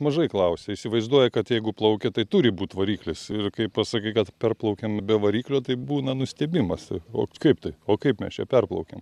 mažai klausia įsivaizduoja kad jeigu plaukia tai turi būt variklis ir kai pasakai kad perplaukiam be variklio tai būna nustebimas o kaip tai o kaip mes čia perplaukėm